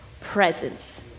presence